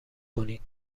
کنید